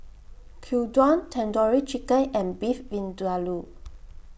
Gyudon Tandoori Chicken and Beef Vindaloo